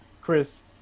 Chris